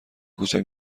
کوچک